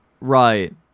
right